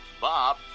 Bob